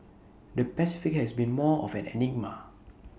the Pacific has been more of an enigma